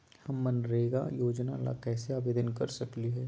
हम मनरेगा योजना ला कैसे आवेदन कर सकली हई?